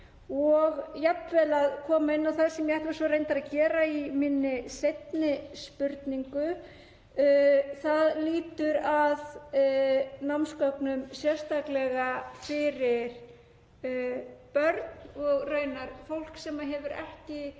jafnvel koma inn á það, sem ég ætla reyndar að gera í minni seinni spurningu, sem lýtur að námsgögnum sérstaklega fyrir börn og raunar fólk sem hefur ekki